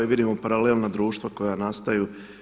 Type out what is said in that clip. I vidimo paralelna društva koja nastaju.